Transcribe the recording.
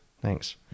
Thanks